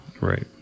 Right